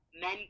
men